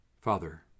Father